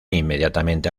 inmediatamente